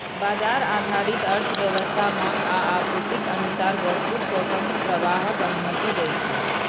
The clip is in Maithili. बाजार आधारित अर्थव्यवस्था मांग आ आपूर्तिक अनुसार वस्तुक स्वतंत्र प्रवाहक अनुमति दै छै